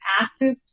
active